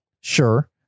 Sure